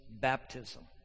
baptism